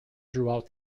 throughout